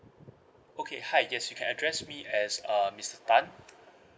okay hi yes you can address me as err mister tan